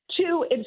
Two